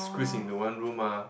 squeeze into one room mah